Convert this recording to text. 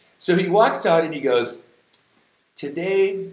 so he walks out and he goes today,